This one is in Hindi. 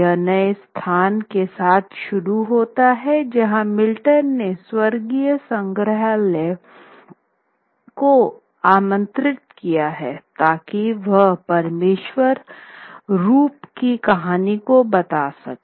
यहनए स्थान के साथ शुरू होता हैजहां मिल्टन ने स्वर्गीय संग्रहालय को आमंत्रित किया है ताकि वह परमेश्वर रूप की कहानियों को बता सके